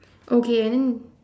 okay and then